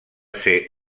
ser